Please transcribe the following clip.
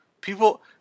People